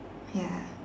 ya